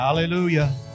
hallelujah